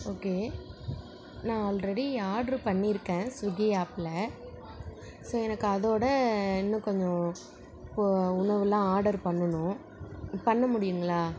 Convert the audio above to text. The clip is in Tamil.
ஓகே நான் ஆல்ரெடி ஆர்ட்ரு பண்ணியிருக்கேன் சுகி ஆப்பில் ஸோ எனக்கு அதோடு இன்னும் கொஞ்சம் இப்போது உணவுல்லான் ஆர்டர் பண்ணணும் பண்ண முடியும்ங்களா